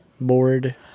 board